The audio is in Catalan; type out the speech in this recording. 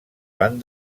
van